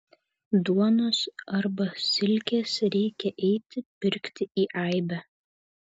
duonos arba silkės reikia eiti pirkti į aibę